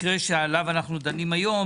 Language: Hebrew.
שעליו אנחנו דנים היום,